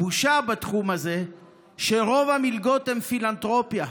הבושה בתחום הזה היא שרוב המלגות הן פילנתרופיה,